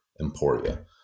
Emporia